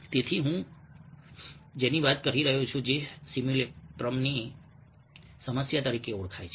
તેથી તે હું જેની વાત કરી રહ્યો હતો જે સિમ્યુલેક્રમની સમસ્યા તરીકે ઓળખાય છે